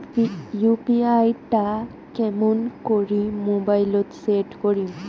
UPI টা কেমন করি মোবাইলত সেট করিম?